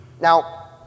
Now